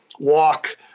Walk